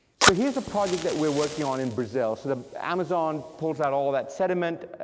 so here's a project that we're working on in brazil, so the amazon pulls out all of that sediment,